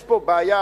יש פה בעיה,